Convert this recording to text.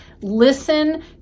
listen